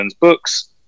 books